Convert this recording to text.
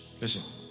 listen